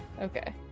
Okay